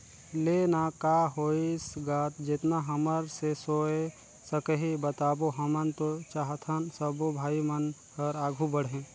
ले ना का होइस गा जेतना हमर से होय सकही बताबो हमन तो चाहथन सबो भाई मन हर आघू बढ़े